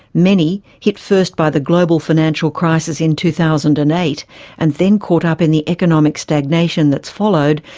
many, hit first by the global financial crisis in two thousand and eight and then caught up in the economic stagnation that's followed,